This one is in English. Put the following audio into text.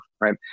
right